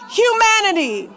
humanity